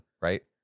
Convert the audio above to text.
right